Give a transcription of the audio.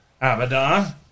Abaddon